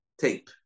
tape